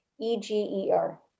e-g-e-r